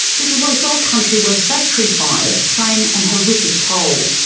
this is also a country where factory fires claim an horrific toll,